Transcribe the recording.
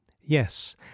Yes